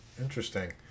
Interesting